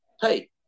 hey